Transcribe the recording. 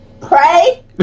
Pray